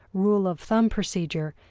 rule-of-thumb procedure,